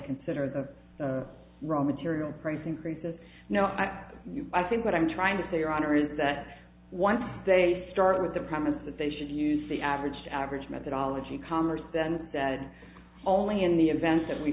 consider the raw material price increases i think what i'm trying to say your honor is that once they start with the promise that they should use the averaged average methodology commers then that only in the event that we